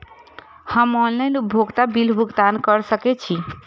हम ऑनलाइन उपभोगता बिल भुगतान कर सकैछी?